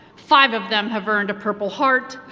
five of them have earned a purple heart,